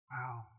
Wow